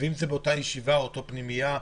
ואם זה באותה ישיבה או פנימייה ---?